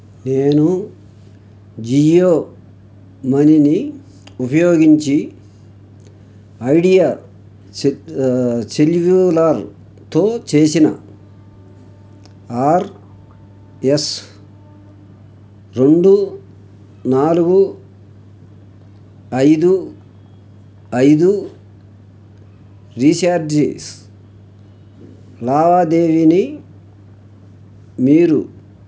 నేను జియో మనీని ఉపయోగించి ఐడియా సెల్యూలార్తో చేసిన ఆర్ఎస్ రెండు నాలుగు ఐదు ఐదు రీఛార్జిస్ లావాదేవీని మీరు